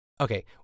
Okay